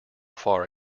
far